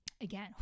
again